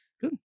good